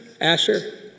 Asher